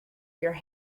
your